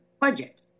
budget